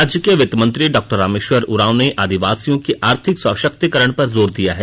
राज्य के वित्त मंत्री डॉ रामेश्वर उरांव ने आदिवासियों की आर्थिक सशक्तीकरण पर जोर दिया है